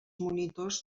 monitors